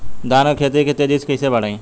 धान क खेती के तेजी से कइसे बढ़ाई?